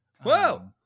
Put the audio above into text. Whoa